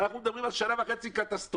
אנחנו מדברים על שנה וחצי של קטסטרופה.